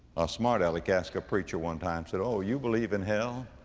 a smart aleck asked a preacher one time, said, oh, you believe in hell.